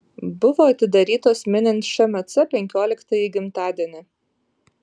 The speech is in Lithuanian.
buvo atidarytos minint šmc penkioliktąjį gimtadienį